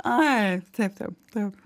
ai taip taip taip